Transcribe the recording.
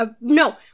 No